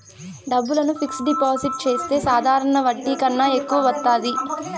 డబ్బులను fixed deposit చేస్తే సాధారణ వడ్డీ కన్నా ఎక్కువ వత్తాది